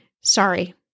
sorry